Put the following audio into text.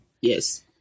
Yes